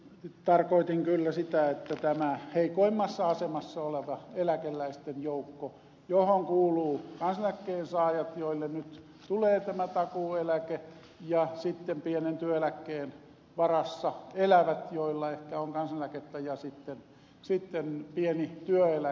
tarkoitin kyllä sitä että tämä heikoimmassa asemassa oleva eläkeläisten joukko johon kuuluvat kansaneläkkeen saajat joille nyt tulee tämä takuu eläke ja sitten pienen työeläkkeen varassa elävät joilla ehkä on kansaneläkettä ja sitten pieni työeläke on pienituloinen